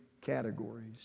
categories